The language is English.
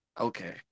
Okay